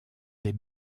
des